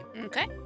Okay